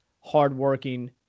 hardworking